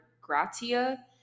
gratia